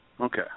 Okay